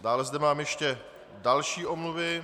Dále zde mám ještě další omluvy.